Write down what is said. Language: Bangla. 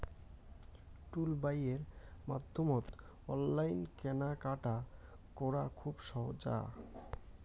টুলবাইয়ের মাধ্যমত অনলাইন কেনাকাটা করা খুব সোজা